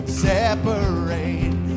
separate